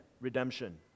redemption